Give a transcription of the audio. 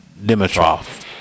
Dimitrov